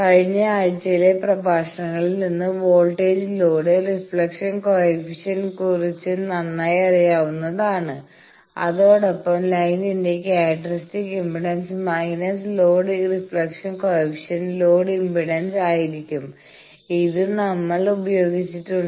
കഴിഞ്ഞ ആഴ്ചയിലെ പ്രഭാഷണങ്ങളിൽ നിന്ന് വോൾട്ടേജ് ലോഡ് റിഫ്ളക്ഷൻ കോയെഫിഷ്യന്റ്നെ കുറിച്ച് നന്നായി അറിയാവുന്നവയാണ് അതോടൊപ്പം ലൈനിന്റെ characteristics impedance minus load reflection coefficient load impedance ആയിരിക്കും ഇത് നമ്മൾ ഉപയോഗിച്ചിട്ടുണ്ട്